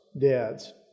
dads